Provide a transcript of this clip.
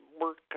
work